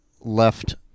left